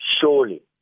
surely